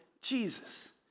Jesus